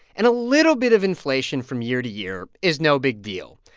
and a little bit of inflation from year to year is no big deal,